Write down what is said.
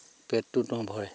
পেটতো নভৰে